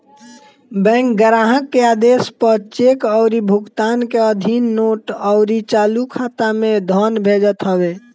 bank ग्राहक के आदेश पअ चेक अउरी भुगतान के अधीन नोट अउरी चालू खाता में धन भेजत हवे